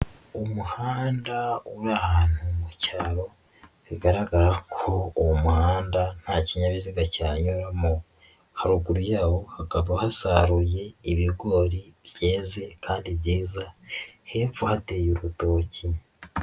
Umuhanda uri ahantu mu cyaro, bigaragara ko uwo muhanda nta kinyabiziga cyanyuramo, haruguru yawo hakaba hasaruye ibigori byeze kandi byiza, hepfo hateye urutoki.